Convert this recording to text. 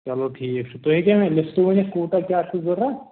چلو ٹھیٖک چھُ تُہۍ ہیٚکوا مےٚ لِسٹہٕ ؤنِتھ کوٗتاہ کیٛاہ چھُ ضروٗرت